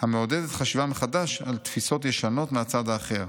המעודדת חשיבה מחדש על תפיסות ישנות מהצד האחר.